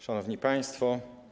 Szanowni Państwo!